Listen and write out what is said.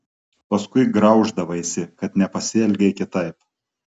paskui grauždavaisi kad nepasielgei kitaip